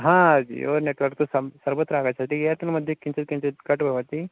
हा जियो नेट्वर्क् तु सम् सर्वत्र आगच्छति येर्टेल्मध्ये किञ्चित् किञ्चित् कट् भवति